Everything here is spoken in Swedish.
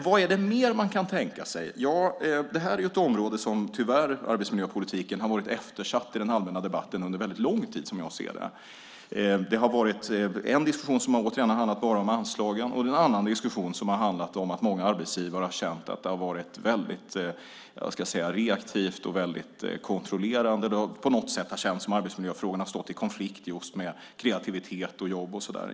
Vad mer kan man kan tänka sig? Arbetsmiljöpolitiken har tyvärr varit eftersatt i den allmänna debatten under lång tid. En diskussion har handlat bara om anslagen, och en annan diskussion har handlat om att många arbetsgivare har uppfattat det hela som reaktivt och kontrollerande - att arbetsmiljöfrågorna har stått i konflikt med kreativitet, jobb och så vidare.